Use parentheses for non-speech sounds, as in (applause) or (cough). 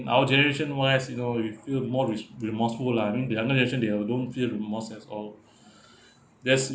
our generation whilst you know we'll feel more re~ remorseful lah you know the younger generation they uh don't feel remorse at all (breath) there's